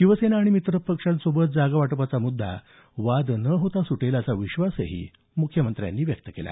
शिवसेना आणि मित्रपक्षांसोबतचा जागा वाटपाचा मुद्दा वाद न होता सुटेल असा विश्वासही मुख्यमंत्र्यांनी व्यक्त केला